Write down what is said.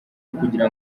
ukugira